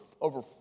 Over